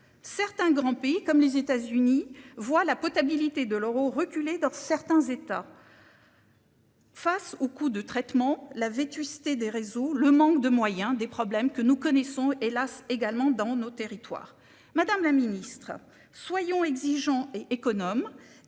Certains grands pays comme les États-Unis voient la potabilité de l'euro reculait dans certains États. Face au coût de traitement. La vétusté des réseaux, le manque de moyens des problèmes que nous connaissons, hélas également dans nos territoires, madame la Ministre, soyons exigeants et économe